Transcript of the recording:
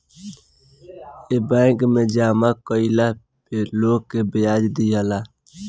ए bank मे जामा कइला पे लोग के ब्याज दियाला